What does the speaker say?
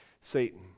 Satan